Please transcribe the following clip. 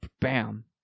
Bam